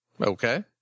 Okay